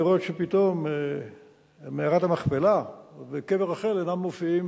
לראות שפתאום מערת המכפלה וקבר רחל אינם מופיעים